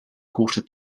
quarter